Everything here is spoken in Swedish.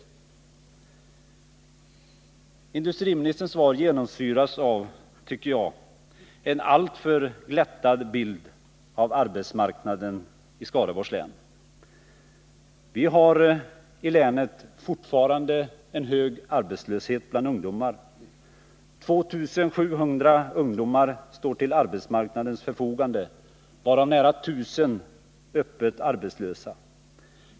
Jag tycker att industriministerns svar genomsyras av en alltför glättad bild av arbetsmarknaden i Skaraborgs län. I länet råder fortfarande en hög arbetslöshet bland ungdomar. 2 700 ungdomar står till arbetsmarknadens förfogande, varav nära 1000 är öppet arbetslösa.